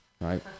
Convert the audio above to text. right